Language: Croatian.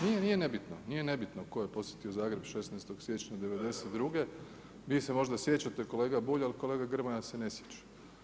Nije, nije nebitno tko je posjetio Zagreb 16. siječnja '92., vi se možda sjećate kolega Bulj ali kolega Grmoja se ne sjeća.